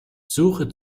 suche